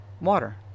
Water